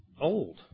old